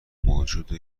موجود